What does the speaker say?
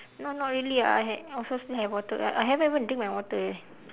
no no not really ah I have I also still have water I haven't even drink my water eh